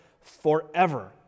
forever